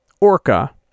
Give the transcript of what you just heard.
Orca